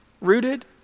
rooted